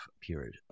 period